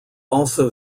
also